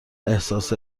احساس